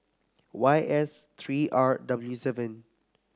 Y S three R W seven